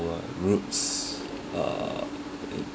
our roots uh in